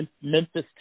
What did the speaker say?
Memphis